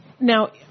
Now